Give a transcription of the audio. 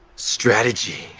strategy.